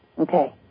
Okay